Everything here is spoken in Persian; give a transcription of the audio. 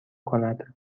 کند